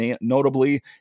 notably